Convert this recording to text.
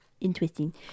interesting